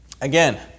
again